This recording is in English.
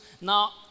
now